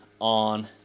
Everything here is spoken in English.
on